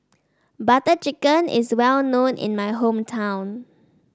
Butter Chicken is well known in my hometown